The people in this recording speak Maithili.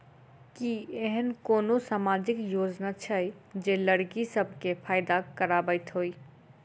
की एहेन कोनो सामाजिक योजना छै जे लड़की सब केँ फैदा कराबैत होइ?